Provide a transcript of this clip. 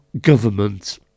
government